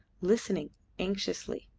listening anxiously,